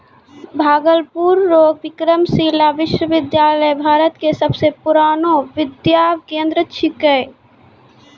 भागलपुर रो विक्रमशिला विश्वविद्यालय भारत के सबसे पुरानो विद्या केंद्र छिकै